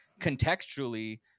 contextually